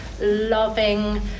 loving